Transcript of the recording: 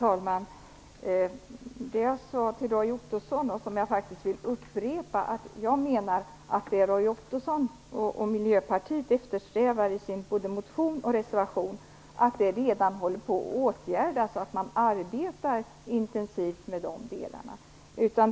Fru talman! Jag vill upprepa det som jag sade till Roy Ottosson, nämligen att det som Roy Ottosson och Miljöpartiet eftersträvar både i sin motion och i sin reservation redan är på gång. Man arbetar intensivt med dessa frågor.